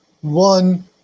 One